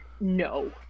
no